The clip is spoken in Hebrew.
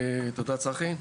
תודה, צחי.